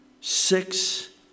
six